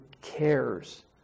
cares